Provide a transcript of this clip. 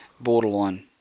borderline